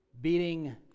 Beating